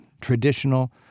traditional